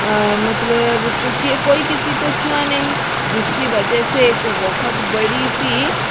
मतलब कोई किसी को छुआ नहीं जिसकी वजह से एक बहुत बड़ी सी